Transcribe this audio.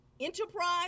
enterprise